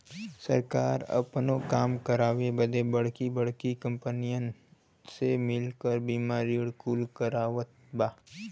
सरकार आपनो काम करावे बदे बड़की बड़्की कंपनीअन से मिल क बीमा ऋण कुल करवावत बा